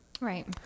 Right